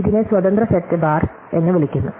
ഇതിനെ സ്വതന്ത്ര set bar എന്ന് വിളിക്കുന്നു